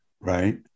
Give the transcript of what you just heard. Right